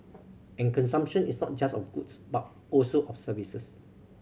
and consumption is not just of goods but also of services